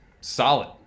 solid